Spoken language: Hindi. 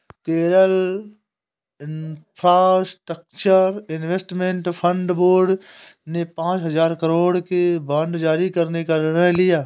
Kerala infrastructure investment fund board ने पांच हजार करोड़ के बांड जारी करने का निर्णय लिया